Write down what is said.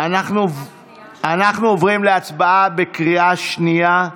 אנחנו עוברים להצבעה בקריאה שנייה על